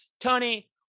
tony